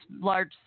large